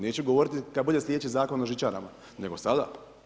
Neću govoriti kad bude slijedeći Zakon o žičarama, nego sada.